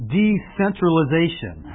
decentralization